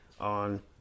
on